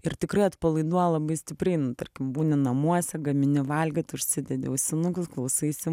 ir tikrai atpalaiduoja labai stipriai nu tarkim būni namuose gamini valgyt užsidedi ausinukus klausaisi